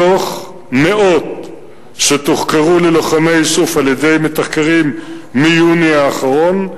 מתוך מאות שתוחקרו ללוחמי איסוף על-ידי מתחקרים מיוני האחרון,